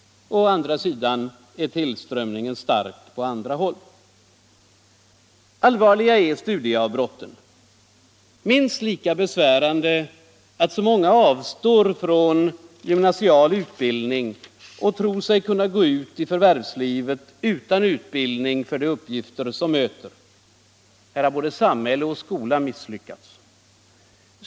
Å andra sidan är tillströmningen stark på andra håll. Allvarliga är studieavbrotten. Minst lika besvärande är det att så många avstår från gymnasial utbildning och tror sig kunna gå ut i förvärvslivet utan utbildning för de uppgifter som möter. Här har både samhälle och skola misslyckats.